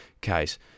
case